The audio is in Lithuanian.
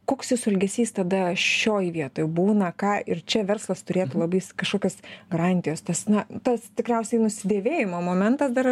koks jūsų elgesys tada šioj vietoj būna ką ir čia verslas turėtų labais kažkokias garantijos tas na tas tikriausiai nusidėvėjimo momentas dar